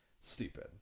Stupid